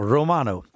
Romano